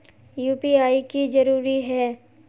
UPI की जरूरी है?